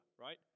right